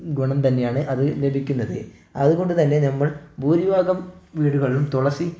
ഗുണം തന്നെയാണ് അത് ലഭിക്കുന്നത് അതുകൊണ്ടുതന്നെ ഞമ്മൾ ഭൂരിഭാഗം വീടുകളിലും തുളസി